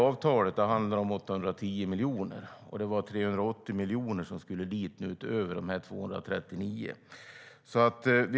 Avtalet handlar dock om 810 miljoner, och det var 380 miljoner som skulle dit utöver de 239 miljonerna.